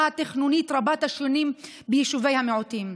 התכנונית רבת-השנים ביישובי המיעוטים.